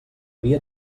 havia